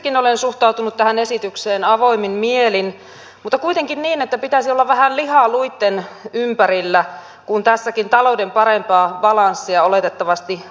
itsekin olen suhtautunut tähän esitykseen avoimin mielin mutta kuitenkin niin että pitäisi olla vähän lihaa luitten ympärillä kun tässäkin talouden parempaa balanssia oletettavasti tavoitellaan